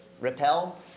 repel